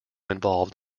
involved